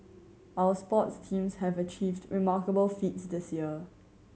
our sports teams have achieved remarkable feats this year